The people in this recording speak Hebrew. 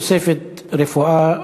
תוספת רפואה,